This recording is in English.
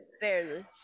Barely